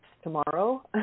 tomorrow